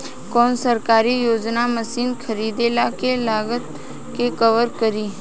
कौन सरकारी योजना मशीन खरीदले के लागत के कवर करीं?